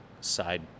side